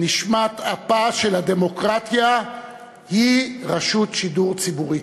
נשמת אפה של הדמוקרטיה היא רשות שידור ציבורית.